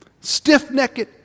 stiff-necked